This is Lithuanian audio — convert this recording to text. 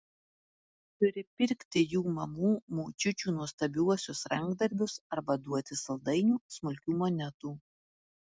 turi pirkti jų mamų močiučių nuostabiuosius rankdarbius arba duoti saldainių smulkių monetų